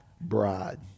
bride